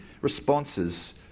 responses